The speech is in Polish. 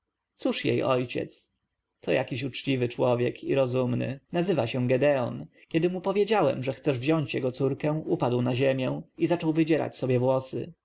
cóż jej ojciec to jakiś uczciwy człowiek i rozumny nazywa się gedeon kiedy mu powiedziałem że chcesz wziąć jego córkę upadł na ziemię i zaczął wydzierać sobie włosy